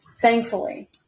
Thankfully